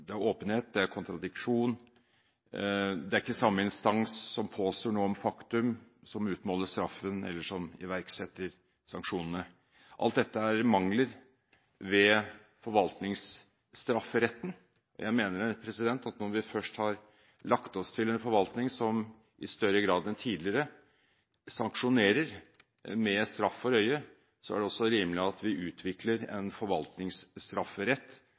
Det er åpenhet, det er kontradiksjon og det er ikke samme instans som påstår noe om faktum, som utmåler straffen eller som iverksetter sanksjonene. Alt dette er mangler ved forvaltningsstrafferetten. Jeg mener at når vi først har lagt oss til en forvaltning som i større grad enn tidligere sanksjonerer med straff for øye, er det også rimelig at vi utvikler en forvaltningsstrafferett